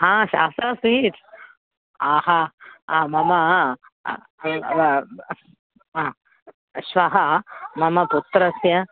हा शास्त्रा स्वीट्स् आहा मम अव ब हा श्वः मम पुत्रस्य